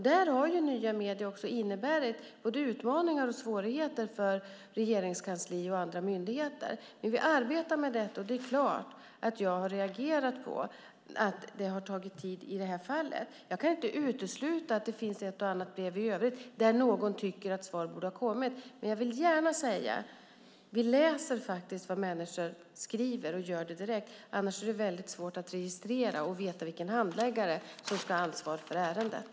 Där har de nya medierna inneburit både utmaningar och svårigheter för Regeringskansliet och andra myndigheter. Men vi arbetar med detta. Det är klart att jag har reagerat på att det har tagit tid i det här fallet. Jag kan inte utesluta att det finns ett och annat brev i övrigt där någon tycker att svar borde ha kommit, men jag vill gärna säga detta: Vi läser faktiskt vad människor skriver, och vi gör det direkt. Annars är det väldigt svårt att registrera och veta vilken handläggare som ska ha ansvar för ärendet.